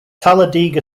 talladega